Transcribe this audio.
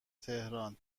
تهران